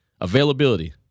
Availability